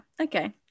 okay